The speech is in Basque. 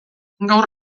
gaur